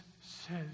says